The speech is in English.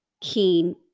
keen